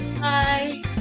Bye